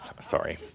Sorry